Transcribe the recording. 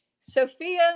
Sophia